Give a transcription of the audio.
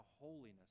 holiness